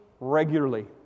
regularly